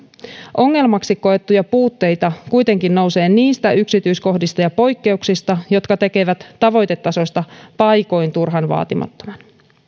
ongelmaksi koettuja puutteita kuitenkin nousee niistä yksityiskohdista ja poikkeuksista jotka tekevät tavoitetasosta paikoin turhan vaatimattoman